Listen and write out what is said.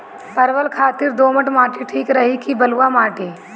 परवल खातिर दोमट माटी ठीक रही कि बलुआ माटी?